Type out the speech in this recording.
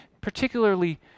particularly